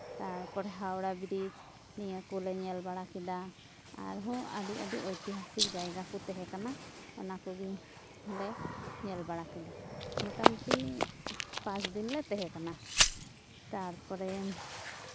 ᱛᱟᱨᱯᱚᱨᱮ ᱦᱟᱣᱲᱟ ᱵᱨᱤᱡᱽ ᱱᱤᱭᱟᱹ ᱠᱚᱞᱮ ᱧᱮᱞ ᱵᱟᱲᱟ ᱠᱮᱫᱟ ᱟᱨᱦᱚᱸ ᱟᱹᱰᱤ ᱟᱹᱰᱤ ᱳᱭᱛᱤᱦᱟᱥᱤᱠ ᱡᱟᱭᱜᱟ ᱠᱚ ᱛᱟᱦᱮᱸ ᱠᱟᱱᱟ ᱚᱱᱟ ᱠᱚᱜᱮ ᱞᱮ ᱧᱮᱞ ᱵᱟᱲᱟ ᱠᱮᱫᱟ ᱢᱳᱴᱟᱢᱩᱴᱤ ᱯᱟᱸᱪ ᱫᱤᱱᱞᱮ ᱛᱟᱦᱮᱸ ᱠᱟᱱᱟ ᱛᱟᱨᱯᱚᱨᱮ